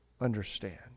understand